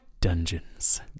Dungeons